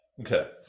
Okay